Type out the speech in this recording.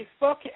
Facebook